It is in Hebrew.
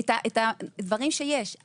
את הדברים שיש.